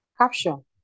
Caption